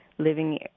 living